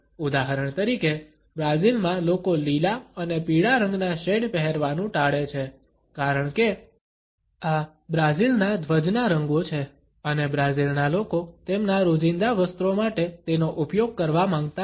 ઉદાહરણ તરીકે બ્રાઝિલમાં લોકો લીલા અને પીળા રંગના શેડ પહેરવાનું ટાળે છે કારણ કે આ બ્રાઝિલના ધ્વજના રંગો છે અને બ્રાઝિલના લોકો તેમના રોજિંદા વસ્ત્રો માટે તેનો ઉપયોગ કરવા માંગતા નથી